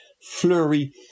flurry